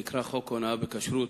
שנקרא חוק הונאה בכשרות,